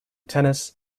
tennis